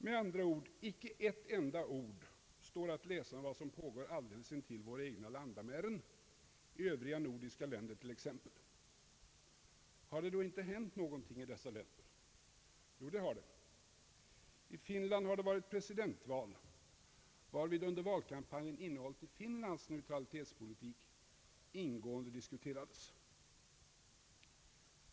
Med andra ord — icke ett enda ord står att läsa om vad som pågår alldeles intill våra egna landamären, t.ex. i övriga nordiska länder. Har det då inte hänt någonting i dessa länder? Jo, det har det. I Finland har det varit presidentval, varvid under valkampanjen innehållet i Finlands neutralitetspolitik ingående diskuterades.